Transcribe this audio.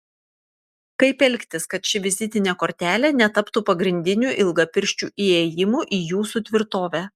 kaip elgtis kad ši vizitinė kortelė netaptų pagrindiniu ilgapirščių įėjimu į jūsų tvirtovę